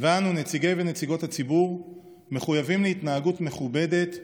ואנו נציגי ונציגות הציבור מחויבים להתנהגות מכובדת ומכבדת.